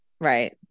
Right